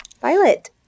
Violet